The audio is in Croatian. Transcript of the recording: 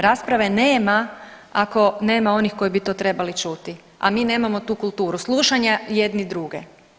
Rasprave nema ako nema onih koji bi to trebali čuti, a mi nemamo tu kulturu slušanja jedni druge.